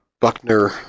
Buckner